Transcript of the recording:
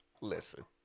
Listen